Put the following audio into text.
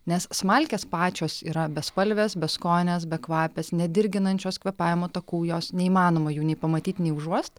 nes smalkės pačios yra bespalvės beskonės bekvapės nedirginančios kvėpavimo takų jos neįmanoma jų nei pamatyt nei užuost